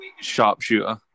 sharpshooter